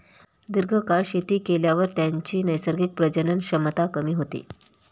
दीर्घकाळ शेती केल्यावर त्याची नैसर्गिक प्रजनन क्षमता कमी होते